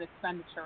expenditure